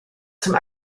zum